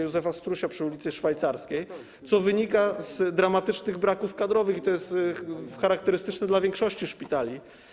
Józefa Strusia przy ul. Szwajcarskiej, co wynika z dramatycznych braków kadrowych i jest charakterystyczne dla większości szpitali.